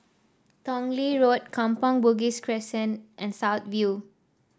Tong Lee Road Kampong Bugis Crescent and South View